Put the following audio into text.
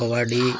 kabaddi